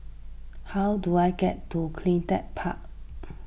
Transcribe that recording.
how do I get to CleanTech Park